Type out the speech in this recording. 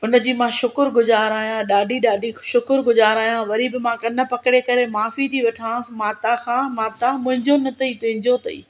हुनजी मां शुकुर गुजार आहियां ॾाढी ॾाढी शुकुर गुजार आहियां वरी बि मां कन पकिड़े करे माफ़ी थी वठांसि माता खां माता मुंहिंजो न अथई तुहिंजो अथई